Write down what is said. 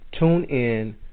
TuneIn